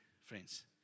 friends